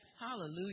hallelujah